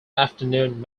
afternoon